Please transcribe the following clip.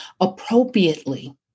appropriately